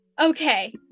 Okay